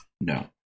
No